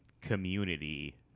community